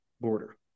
border